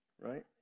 right